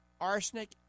Arsenic